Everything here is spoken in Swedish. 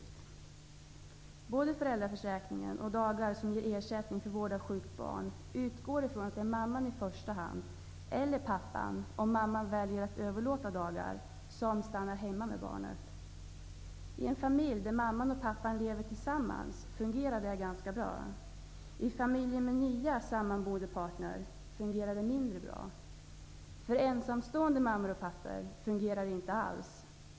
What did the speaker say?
När det gäller både föräldraförsäkringen och de dagar som ger ersättning för vård av sjukt barn utgår man från att det är mamman i första hand -- men det kan också vara pappan, om mamman väljer att överlåta dagar -- som stannar hemma med barnet. I en familj där mamman och pappan lever tillsammans fungerar detta ganska bra. I familjer med nya sammanboende partner fungerar det mindre bra. För ensamstående mammor och pappor fungerar det inte alls.